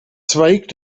zweig